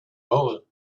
hole